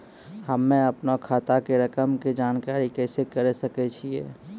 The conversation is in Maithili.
हम्मे अपनो खाता के रकम के जानकारी कैसे करे सकय छियै?